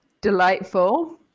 delightful